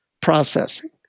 processing